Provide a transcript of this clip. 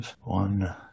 one